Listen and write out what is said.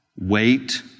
wait